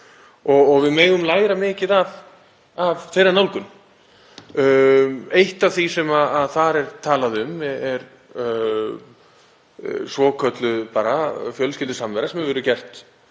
og við megum læra mikið af þeirra nálgun. Eitt af því sem þar er talað um er svokölluð fjölskyldusamvera sem hefur verið gert